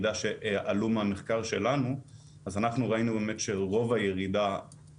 אז אנחנו ראינו באמת שרוב הירידה התרחשה בגלל כל מיני